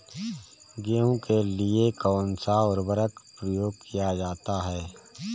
गेहूँ के लिए कौनसा उर्वरक प्रयोग किया जाता है?